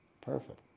perfect